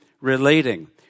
relating